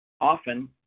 Often